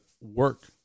work